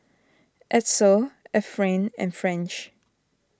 Edsel Efrain and French